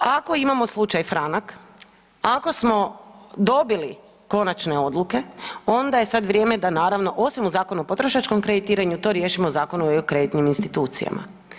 Ako imamo slučaj Franak, ako smo dobili konačne odluke onda je sad vrijeme da naravno, osim u Zakon o potrošačkom kreditiranju to riješimo Zakonom o kreditnim institucijama.